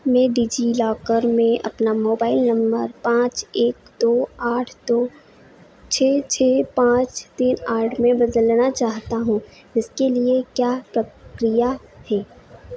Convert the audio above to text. मैं डिज़िलॉकर में अपना मोबाइल नम्बर पाँच एक दो आठ दो छह छह पाँच तीन आठ में बदलना चाहता हूँ इसके लिए क्या प्रक्रिया है